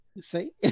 See